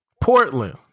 Portland